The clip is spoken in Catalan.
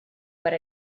per